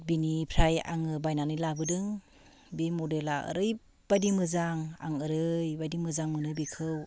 बिनिफ्राय आङो बायनानै लाबोदों बे मडेला ओरैबायदि मोजां आं ओरैबायदि मोजां मोनो बेखौ